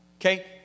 Okay